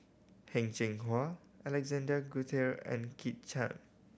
Heng Cheng Hwa Alexander Guthrie and Kit Chan